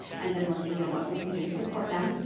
and then looking at what we can do to support them,